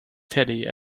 teddy